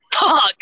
fuck